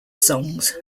songs